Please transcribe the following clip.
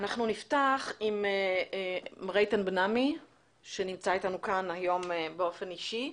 אנחנו נפתח עם איתן בן עמי שנמצא איתנו כאן היום באופן אישי,